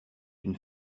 une